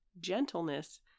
gentleness